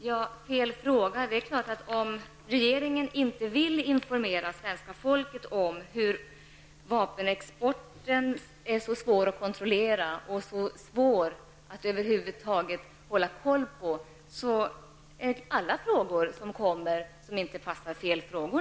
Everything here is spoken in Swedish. Herr talman! Fel fråga -- det är klart att om regeringen inte vill informera svenska folket och om vapenexporten är så svår att över huvud taget kontrollera, är alla frågor som inte anses passa fel frågor.